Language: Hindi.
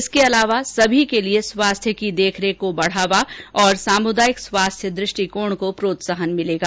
इसके अतिरिक्त सभी के लिए स्वास्थ्य की देखरेख को बढ़ावा और सामुदायिक स्वास्थ्य दृष्टिकोण को प्रोत्साहन मिलेगा